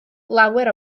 lawer